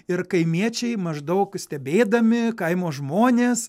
ir kaimiečiai maždaug stebėdami kaimo žmonės